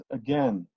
again